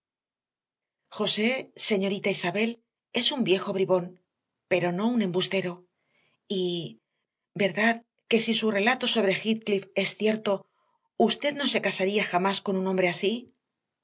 josé señorita isabel es un viejo bribón pero no un embustero y verdad que si su relato sobre heathcliff es cierto usted no se casaría jamás con un hombre así